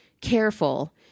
careful